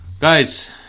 Guys